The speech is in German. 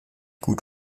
gut